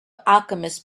alchemists